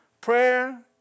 prayer